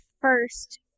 first